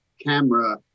camera